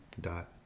dot